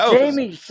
Jamie